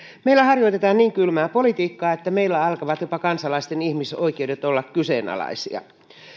meillä harjoitetaan niin kylmää politiikkaa että meillä alkavat jopa kansalaisten ihmisoikeudet olla kyseenalaisia